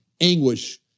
anguish